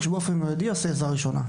לכך שהוא עושה עזרה ראשונה באופן מידי.